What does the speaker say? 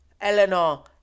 Eleanor